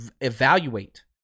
evaluate